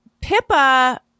Pippa